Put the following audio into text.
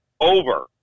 over